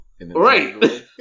Right